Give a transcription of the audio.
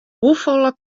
hoefolle